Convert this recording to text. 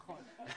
נכון.